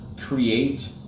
create